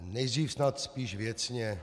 Nejdřív snad spíš věcně.